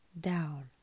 down